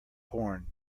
horn